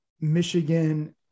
Michigan